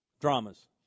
Dramas